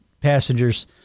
passengers